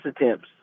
attempts